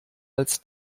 als